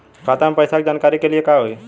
खाता मे पैसा के जानकारी के लिए का होई?